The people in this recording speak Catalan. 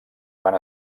van